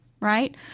right